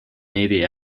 navy